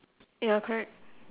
ya correct